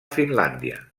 finlàndia